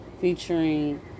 featuring